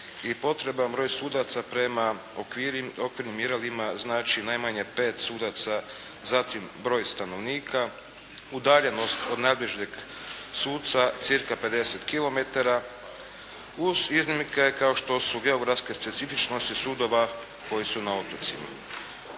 i potreban broj sudaca prema okvirnim mjerilima, znači najmanje 5 sudaca, zatim broj stanovnika, udaljenost od najbližeg suca cirka 50 kilometara, uz iznimke kao što su geografske specifičnosti sudova koji su na otocima.